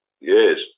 Yes